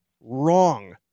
wrong